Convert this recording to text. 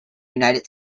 united